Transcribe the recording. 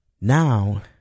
now